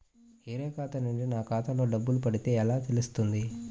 వేరే ఖాతా నుండి నా ఖాతాలో డబ్బులు పడితే ఎలా తెలుస్తుంది?